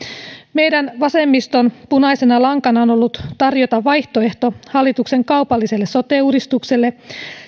meidän vasemmiston punaisena lankana on ollut tarjota vaihtoehto hallituksen kaupalliselle sote uudistukselle